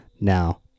Now